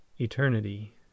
ETERNITY